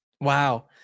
Wow